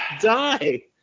die